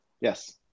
Yes